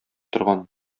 торган